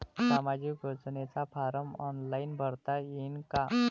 सामाजिक योजनेचा फारम ऑनलाईन भरता येईन का?